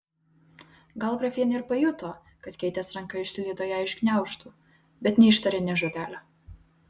gal grafienė ir pajuto kad keitės ranka išslydo jai iš gniaužtų bet neištarė nė žodelio